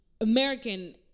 American